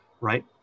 right